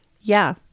Yeah